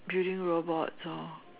building robots or